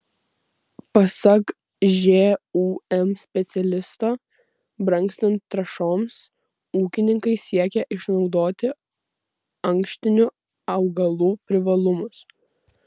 pasak žūm specialisto brangstant trąšoms ūkininkai siekia išnaudoti ankštinių augalų privalumus